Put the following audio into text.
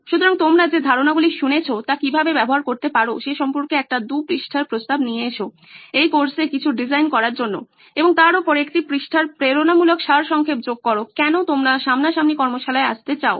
সুতরাং তোমরা যে ধারণাগুলি শুনেছো তা কীভাবে ব্যবহার করতে পারো সে সম্পর্কে একটি 2 পৃষ্ঠার প্রস্তাব নিয়ে এসো এই কোর্সে কিছু ডিজাইন করার জন্য এবং তার উপরে একটি পৃষ্ঠার প্রেরণামূলক সারসংক্ষেপ যোগ করো কেন তোমরা সামনাসামনি কর্মশালায় আসতে চাও